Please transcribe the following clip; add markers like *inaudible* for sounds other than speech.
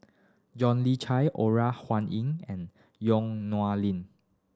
John Le Chai Ora Huanying and Yong *unintelligible* Lin